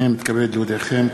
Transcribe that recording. הנני מתכבד להודיעכם,